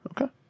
okay